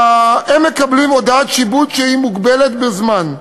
הם מקבלים הודעת שיבוץ שהיא מוגבלת בזמן.